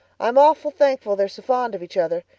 i'm awful thankful they're so fond of each other.